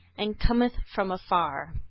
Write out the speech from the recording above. and cometh from afar.